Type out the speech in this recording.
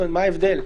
מה ההבדל?